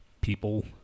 people